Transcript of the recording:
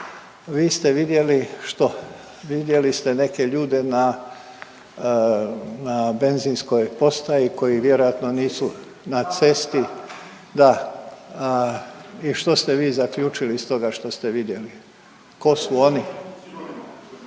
Vi ste vidjeli što? Vidjeli ste neke ljude na benzinskoj postaji koji vjerojatno nisu na cesti. …/Upadica se ne razumije./… Da, i što ste vi zaključili iz toga što ste vidjeli? Tko su oni?